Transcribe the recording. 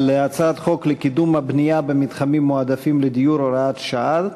על הצעת חוק לקידום הבנייה במתחמים מועדפים לדיור (הוראת שעה),